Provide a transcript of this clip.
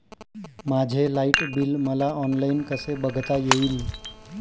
माझे light bill मला online कसे बघता येईल?